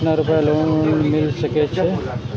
केतना रूपया लोन मिल सके छै?